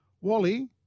Wally